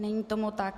Není tomu tak.